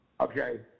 Okay